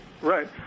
Right